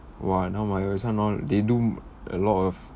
!wah! now my generation ah they do a lot of